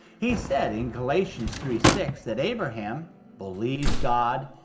he said in galatians three six, that abraham believed god,